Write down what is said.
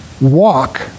walk